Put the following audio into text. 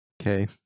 Okay